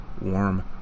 Warm